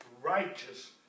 righteous